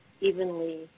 evenly